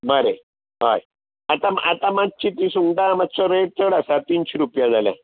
बरें हय आतां आतां मातशी ती सुंगटां मातसो रेट चड आसा तिनशीं रुपया जाल्यां